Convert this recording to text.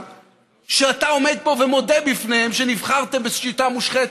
כשאתה עומד פה ומודה בפניהם שנבחרתם בשיטה מושחתת?